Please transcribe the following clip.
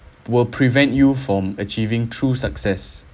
will prevent you from achieving through success